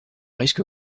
risque